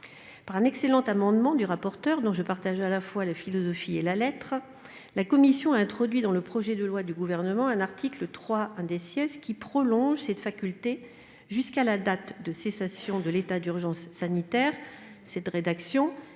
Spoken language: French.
un excellent amendement du rapporteur dont je partage à la fois la philosophie et la lettre, la commission a introduit dans le projet de loi cet article 3 , qui prolonge cette faculté jusqu'à la date de cessation de l'état d'urgence sanitaire. Cette rédaction